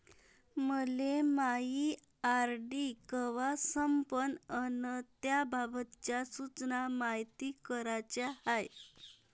मले मायी आर.डी कवा संपन अन त्याबाबतच्या सूचना मायती कराच्या हाय